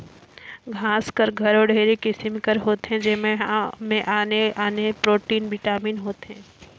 घांस हर घलो ढेरे किसिम कर होथे जेमन में आने आने प्रोटीन, बिटामिन होथे